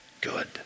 good